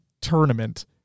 tournament